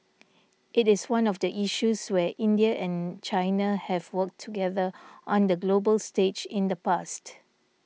it is one of the issues where India and China have worked together on the global stage in the past